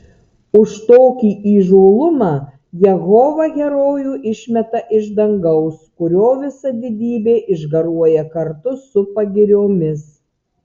už tokį įžūlumą jehova herojų išmeta iš dangaus kurio visa didybė išgaruoja kartu su pagiriomis